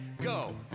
go